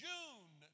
June